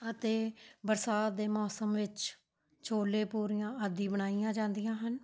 ਅਤੇ ਬਰਸਾਤ ਦੇ ਮੌਸਮ ਵਿੱਚ ਛੋਲੇ ਪੂਰੀਆਂ ਆਦਿ ਬਣਾਈਆਂ ਜਾਂਦੀਆਂ ਹਨ